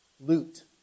loot